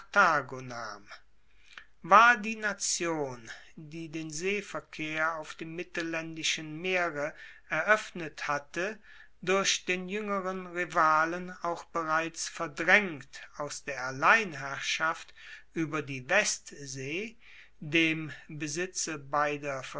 war die nation die den seeverkehr auf dem mittellaendischen meere eroeffnet hatte durch den juengeren rivalen auch bereits verdraengt aus der alleinherrschaft ueber die westsee dem besitze beider